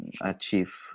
achieve